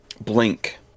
blink